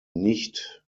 nicht